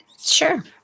Sure